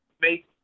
make